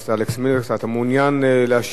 אתה מעוניין להשיב לדוברים?